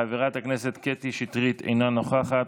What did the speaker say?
חברת הכנסת קטי שטרית, אינה נוכחת,